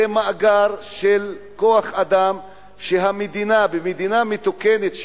זה מאגר של כוח-אדם שמדינה מתוקנת,